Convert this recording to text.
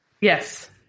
Yes